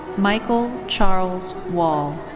michael charles wall.